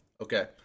Okay